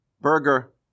burger